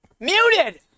Muted